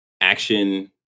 action